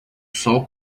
sol